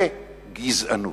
זה גזענות,